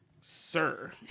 Sir